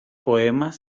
poemas